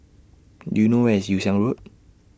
Do YOU know Where IS Yew Siang Road